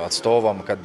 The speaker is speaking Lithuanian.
atstovam kad